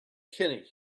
kenny